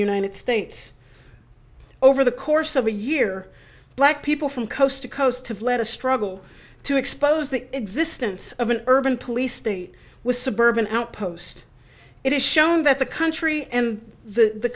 united states over the course of a year black people from coast to coast have led a struggle to expose the existence of an urban police state with suburban outpost it is shown that the country and the